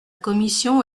commission